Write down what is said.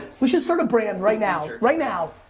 we should start a brand right now, right now.